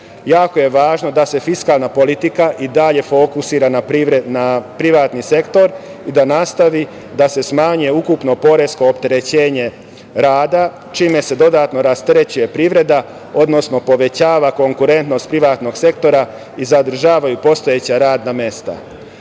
Jako je važno da se fiskalna politika i dalje fokusira na privatni sektor i da nastavi da se smanji ukupno poresko opterećenje rada, čime se dodatno rasterećuje privreda, odnosno povećava konkurentnost privatnog sektora i zadržavaju postojeća radna